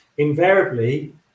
Invariably